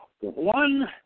one